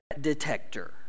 detector